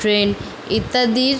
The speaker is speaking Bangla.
ট্রেন ইত্যাদির